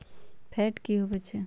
Fat की होवछै?